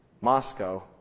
Moscow